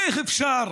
איך אפשר